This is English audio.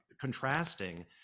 contrasting